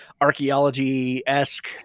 archaeology-esque